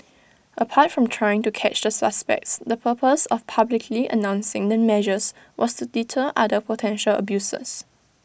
apart from trying to catch the suspects the purpose of publicly announcing the measures was to deter other potential abusers